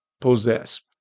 possess